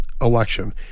election